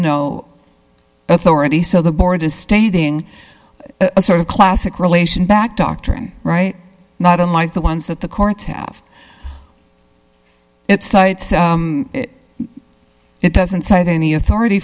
no authority so the board is stating a sort of classic relation back doctrine right not unlike the ones that the courts have it cites it it doesn't cite any authority